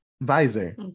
visor